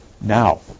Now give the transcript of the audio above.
Now